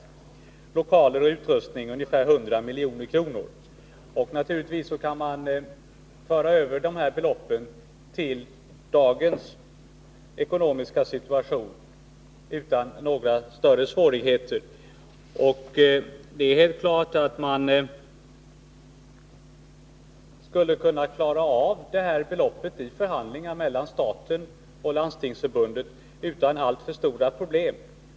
Kostnaderna för lokaler och utrustning skulle uppgå till ungefär 100 milj.kr. Naturligtvis kan man föra över de här beloppen till dagens ekonomiska situation utan några större svårigheter. Det är helt klart att man skulle kunna klara av dessa kostnader vid förhandlingar mellan staten och Landstingsförbundet utan alltför stora problem.